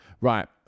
Right